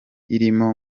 irimo